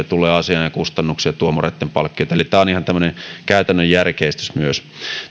tulee asianajokustannuksia tuomareitten palkkioita eli tämä on ihan tämmöinen käytännön järkeistys myös